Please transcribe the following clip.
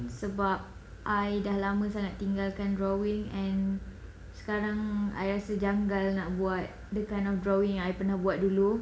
sebab I dah lama sangat tinggalkan drawing and sekarang I rasa janggal nak buat the kind of drawing yang I pernah buat dulu